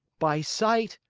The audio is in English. by sight!